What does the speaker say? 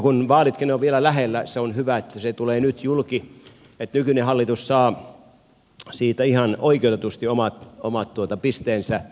kun vaalitkin ovat vielä lähellä on hyvä että se tulee nyt julki jotta nykyinen hallitus saa siitä ihan oikeutetusti omat pisteensä